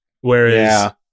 Whereas